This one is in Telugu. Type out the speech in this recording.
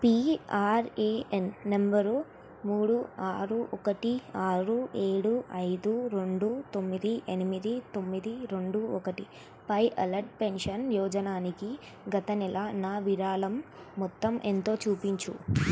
పిఆర్ఏఎన్ నంబరు మూడు ఆరు ఒకటి ఆరు ఏడు ఐదు రెండు తొమ్మిది ఎనిమిది తొమ్మిది రెండు ఒకటిపై అటల్ పెన్షన్ యోజనాకి గత నెల నా విరాళం మొత్తం ఎంతో చూపించు